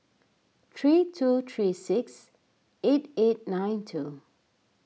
three two three six eight eight nine two